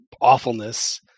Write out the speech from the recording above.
awfulness